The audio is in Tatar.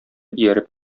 ияреп